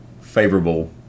favorable